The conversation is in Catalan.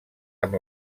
amb